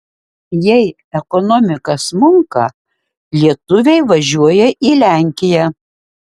jei ekonomika smunka lietuviai važiuoja į lenkiją